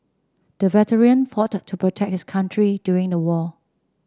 the veteran fought to protect his country during the war